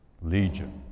Legion